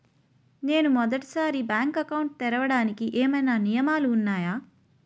నేను మొదటి సారి బ్యాంక్ అకౌంట్ తెరవడానికి ఏమైనా నియమాలు వున్నాయా?